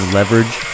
Leverage